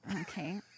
Okay